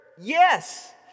Yes